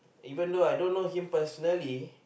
even though I don't know him personally